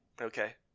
Okay